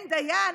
אין דיין,